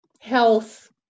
health